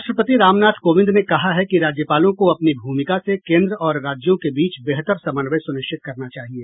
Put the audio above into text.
राष्ट्रपति रामनाथ कोविंद ने कहा है कि राज्यपालों को अपनी भूमिका से कोन्द्र और राज्यों के बीच बेहतर समन्वय सुनिश्चित करना चाहिए